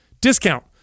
discount